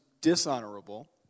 dishonorable